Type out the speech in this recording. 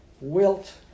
wilt